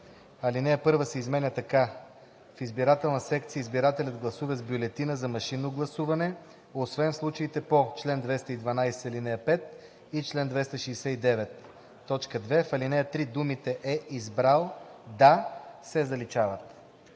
Алинея 1 се изменя така: ,,(1) В избирателната секция избирателят гласува с бюлетина за машинно гласуване, освен в случаите по чл. 212, ал. 5 и чл. 269.“ 2. В ал. 3 думите „е избрал да“ се заличават.“